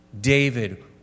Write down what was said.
David